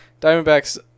Diamondbacks